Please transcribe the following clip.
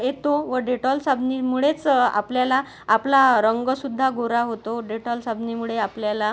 येतो व डेटॉल साबणामुळेच आपल्याला आपला रंगसुद्धा गोरा होतो डेटॉल साबणामुळे आपल्याला